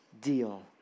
deal